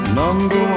number